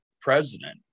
president